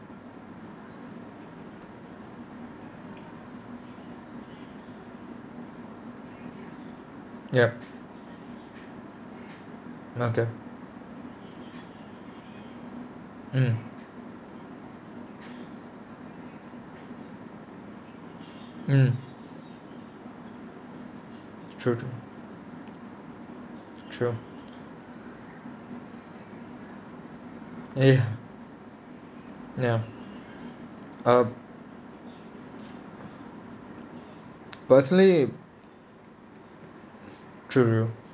ya okay mmhmm mmhmm true true true ya ya uh personally true true